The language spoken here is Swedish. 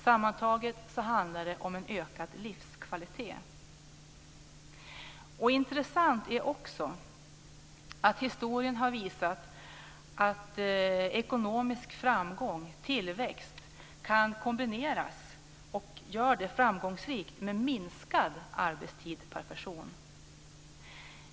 Sammantaget handlar det om en ökad livskvalitet. Det är också intressant att historien har visat att ekonomisk framgång och tillväxt kan kombineras - och det görs framgångsrikt - med minskad arbetstid per person.